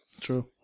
True